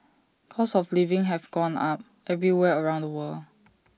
costs of living have gone up everywhere around the world